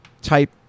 type